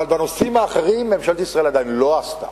אבל בנושאים האחרים ממשלת ישראל עדיין לא עשתה.